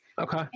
Okay